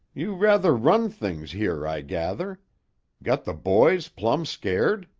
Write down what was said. you rather run things here, i gather got the boys plumb-scared?